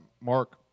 Mark